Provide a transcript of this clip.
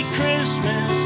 Christmas